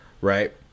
right